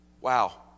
Wow